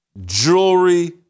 jewelry